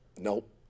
Nope